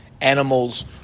animals